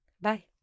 bye